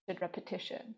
repetition